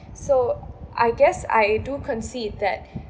so I guess I do concede that